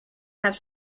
have